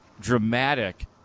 dramatic